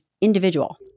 individual